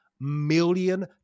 million